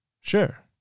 Sure